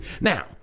now